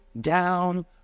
down